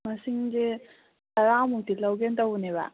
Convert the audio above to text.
ꯃꯁꯤꯡꯁꯦ ꯇꯔꯥꯃꯨꯛꯇꯤ ꯂꯧꯒꯦꯅ ꯇꯧꯕꯅꯦꯕ